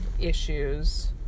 issues